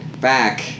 back